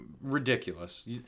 ridiculous